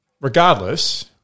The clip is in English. regardless